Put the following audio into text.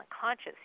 conscious